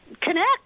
connect